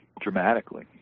dramatically